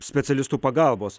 specialistų pagalbos